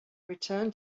return